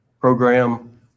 program